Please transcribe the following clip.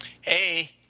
Hey